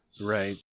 Right